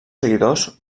seguidors